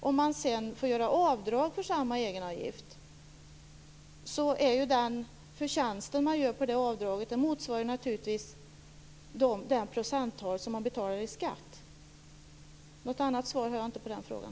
Om man sedan får göra avdrag för samma egenavgift motsvarar ju den förtjänst man gör på det avdraget det procenttal som man betalar i skatt. Något annat svar har jag inte på den frågan.